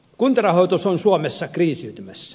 kuntarahoitus on suomessa kriisiytymässä